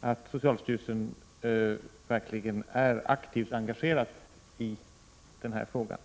att socialstyrelsen verkligen är aktivt engagerad i denna fråga.